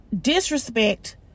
Disrespect